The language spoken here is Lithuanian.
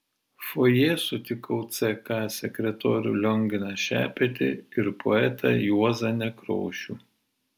fojė sutikau ck sekretorių lionginą šepetį ir poetą juozą nekrošių